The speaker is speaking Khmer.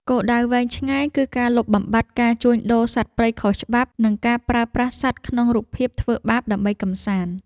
គោលដៅវែងឆ្ងាយគឺការលុបបំបាត់ការជួញដូរសត្វព្រៃខុសច្បាប់ និងការប្រើប្រាស់សត្វក្នុងរូបភាពធ្វើបាបដើម្បីកម្សាន្ត។